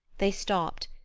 they stopped,